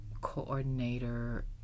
coordinator